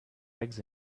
eggs